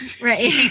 Right